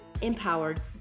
Empowered